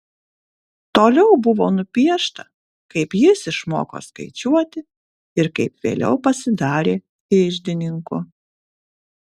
toliau buvo nupiešta kaip jis išmoko skaičiuoti ir kaip vėliau pasidarė iždininku